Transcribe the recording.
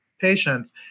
patients